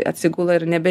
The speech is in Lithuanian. atsigula ir nebe